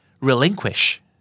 relinquish